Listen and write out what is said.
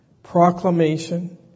Proclamation